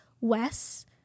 Wes